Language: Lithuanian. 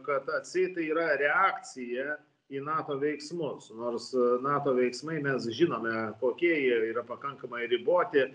kad atseit yra reakcija į nato veiksmus nors nato veiksmai mes žinome kokie jie yra pakankamai riboti